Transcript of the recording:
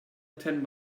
ten